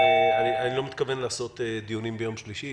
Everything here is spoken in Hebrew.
אני לא מתכוון לערוך דיונים ביום שלישי.